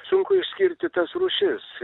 sunku išskirti tas rūšis